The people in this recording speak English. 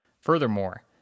Furthermore